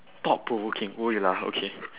thought provoking !oi! lah okay